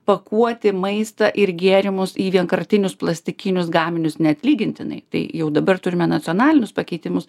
pakuoti maistą ir gėrimus į vienkartinius plastikinius gaminius neatlygintinai tai jau dabar turime nacionalinius pakeitimus